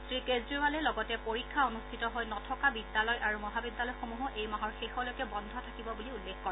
শ্ৰী কেজৰিৱালে লগতে পৰীক্ষা অনুষ্ঠিত হৈ নথকা বিদ্যালয় আৰু মহাবিদ্যালয়সমূহো এইমাহৰ শেষলৈকে বন্ধ থাকিব বুলি উল্লেখ কৰে